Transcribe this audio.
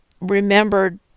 remembered